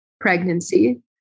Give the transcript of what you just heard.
pregnancy